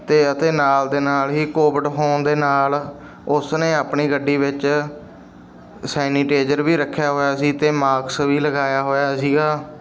ਤੇ ਅਤੇ ਨਾਲ ਦੇ ਨਾਲ ਹੀ ਕੋਵਿਡ ਹੋਣ ਦੇ ਨਾਲ ਉਸ ਨੇ ਆਪਣੀ ਗੱਡੀ ਵਿੱਚ ਸੈਨੀਟੇਜਰ ਵੀ ਰੱਖਿਆ ਹੋਇਆ ਸੀ ਅਤੇ ਮਾਕਸ ਵੀ ਲਗਾਇਆ ਹੋਇਆ ਸੀਗਾ